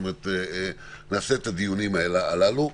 נעשה את הדיונים הללו.